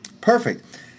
Perfect